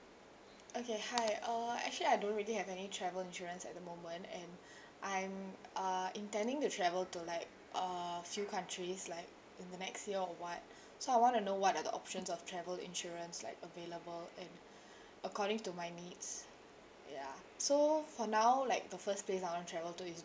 okay hi uh actually I don't really have any travel insurance at the moment and I'm uh intending to travel to like a few countries like in the next year or what so I want to know what are the options of travel insurance like available and according to my needs ya so for now like the first place I want to travel to is